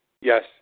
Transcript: Yes